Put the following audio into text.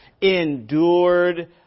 endured